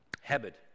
habit